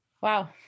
Wow